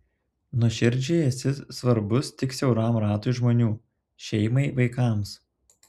nuoširdžiai esi svarbus tik siauram ratui žmonių šeimai vaikams